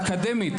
אקדמית,